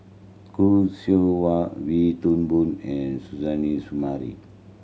Khoo Seow Hwa Wee Toon Boon and Suzairhe Sumari